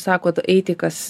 sakot eiti kas